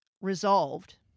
resolved